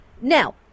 now